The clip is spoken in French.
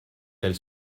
elle